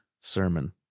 sermon